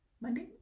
Monday